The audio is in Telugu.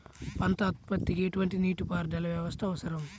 పంట ఉత్పత్తికి ఎటువంటి నీటిపారుదల వ్యవస్థ అవసరం?